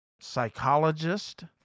psychologist